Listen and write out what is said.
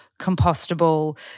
compostable